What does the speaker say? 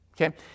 okay